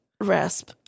rasp